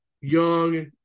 Young